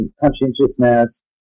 conscientiousness